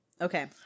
okay